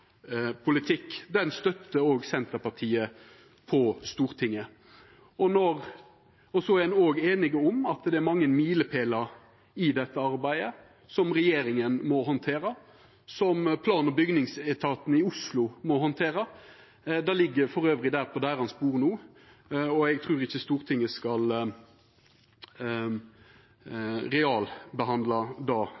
den støttar òg Senterpartiet på Stortinget. Ein er òg einige om at det er mange milepælar i dette arbeidet som regjeringa må handtera, og som plan- og bygningsetaten i Oslo må handtera. Det ligg òg på deira bord no, og eg trur ikkje at Stortinget skal